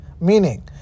Meaning